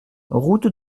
route